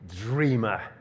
dreamer